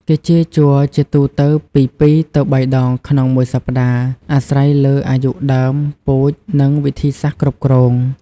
គេចៀរជ័រជាទូទៅពី ២ ទៅ ៣ ដងក្នុងមួយសប្តាហ៍ អាស្រ័យលើអាយុដើម ពូជ និងវិធីសាស្រ្តគ្រប់គ្រង។